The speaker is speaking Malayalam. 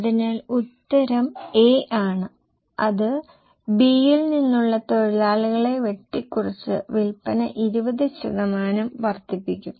അതിനാൽ ഉത്തരം A ആണ് അത് B യിൽ നിന്നുള്ള തൊഴിലാളികളെ വെട്ടിക്കുറച്ച് വിൽപ്പന 20 ശതമാനം വർദ്ധിപ്പിക്കും